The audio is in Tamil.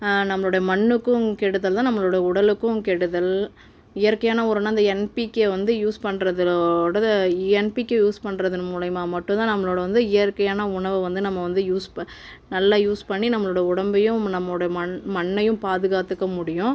நம்மளோடைய மண்ணுக்கும் கெடுதல் தான் நம்மளோடய உடலுக்கும் கெடுதல் இயற்கையான உரம்னா இந்த என்பிகே வந்து யூஸ் பண்ணுறதோட என்பிகே யூஸ் பண்ணுறதன் மூலியமாக மட்டும் தான் நம்மளோடய வந்து இயற்கையான உணவு வந்து நம்ம வந்து யூஸ் ப நல்லா யூஸ் பண்ணி நம்மளோடய உடம்பையும் நம்மளோடய மண் மண்ணையும் பாதுகாத்துக்க முடியும்